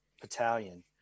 battalion